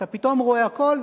אתה פתאום רואה הכול,